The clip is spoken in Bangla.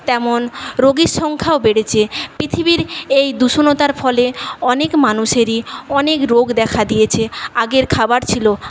তেমন রোগীর সংখ্যাও বেড়েছে পৃথিবীর এই দূষণের ফলে অনেক মানুষেরই অনেক রোগ দেখা দিয়েছে আগের খাবার ছিল